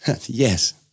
Yes